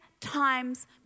times